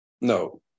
No